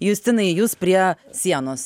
justinai jus prie sienos